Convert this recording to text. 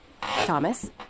Thomas